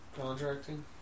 contracting